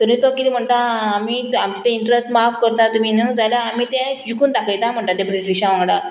तरी तो किदें म्हणटा आमी आमचे ते इंट्रस्ट माफ करता तुमी न्हू जाल्यार आमी तें जिकून दाखयता म्हणटा तें ब्रिटिशा वांगडा